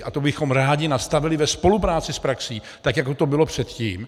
A to bychom rádi nastavili ve spolupráci s praxí, tak jako to bylo předtím.